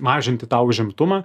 mažinti tą užimtumą